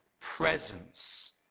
presence